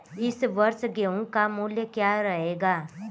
इस वर्ष गेहूँ का मूल्य क्या रहेगा?